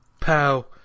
Pow